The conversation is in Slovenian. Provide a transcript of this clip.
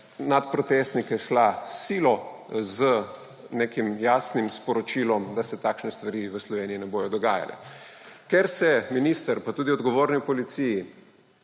nad protestnike šla s silo, z nekim jasnim sporočilom, da se takšne stvari v Sloveniji ne bodo dogajale. Ker se minister pa tudi odgovorni v policiji,